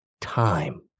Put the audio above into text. time